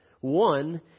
One